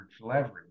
leverage